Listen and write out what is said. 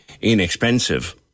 inexpensive